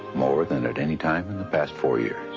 more than at any time in the past four years.